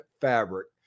fabric